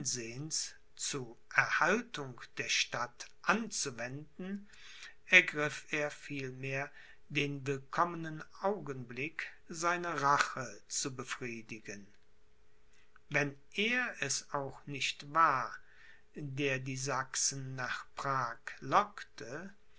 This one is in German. zu erhaltung der stadt anzuwenden ergriff er vielmehr den willkommenen augenblick seine rache zu befriedigen wenn er es auch nicht war der die sachsen nach prag lockte